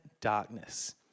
darkness